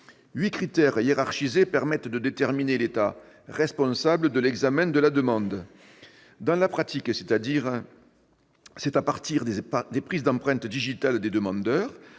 Huit critères hiérarchisés permettent de déterminer l'État responsable de l'examen de la demande. Dans la pratique, c'est à partir des prises d'empreintes digitales des demandeurs,